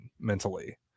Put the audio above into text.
mentally